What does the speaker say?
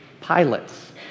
pilots